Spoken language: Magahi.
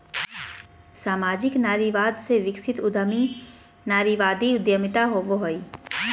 सामाजिक नारीवाद से विकसित उद्यमी नारीवादी उद्यमिता होवो हइ